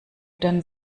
denn